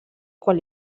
quan